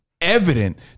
evident